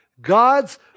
God's